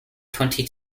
twenty